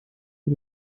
für